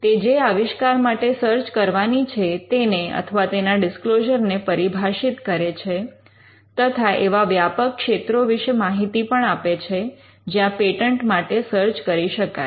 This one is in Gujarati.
તે જે આવિષ્કાર માટે સર્ચ કરવાની છે તેને અથવા તેના ડિસ્ક્લોઝર ને પરિભાષિત કરે છે તથા એવા વ્યાપક ક્ષેત્રો વિશે પણ માહિતી આપે છે જ્યાં પેટન્ટ માટે સર્ચ કરી શકાય